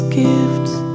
gifts